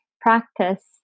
practice